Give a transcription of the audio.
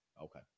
Okay